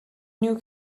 new